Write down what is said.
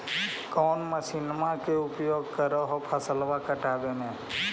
कौन मसिंनमा के उपयोग कर हो फसलबा काटबे में?